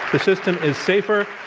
the system is safer.